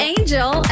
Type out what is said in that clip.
Angel